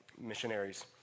missionaries